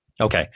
okay